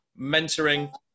mentoring